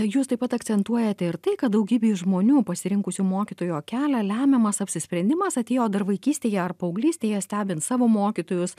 jūs taip pat akcentuojate ir tai kad daugybei žmonių pasirinkusių mokytojo kelią lemiamas apsisprendimas atėjo dar vaikystėje ar paauglystėje stebint savo mokytojus